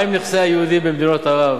מה עם נכסי היהודים במדינות ערב?